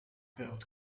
build